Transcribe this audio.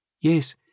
Yes